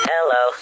Hello